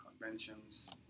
conventions